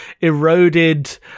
eroded